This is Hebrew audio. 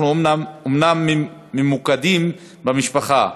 אנחנו אומנם ממוקדים במשפחה,